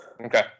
Okay